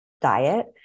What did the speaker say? diet